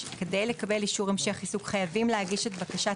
שכדי לקבל אישור המשך עיסוק חייבים להגיש את בקשת